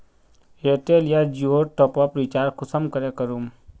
Airtel या जियोर top up recharge कुंसम करे करूम?